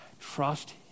trust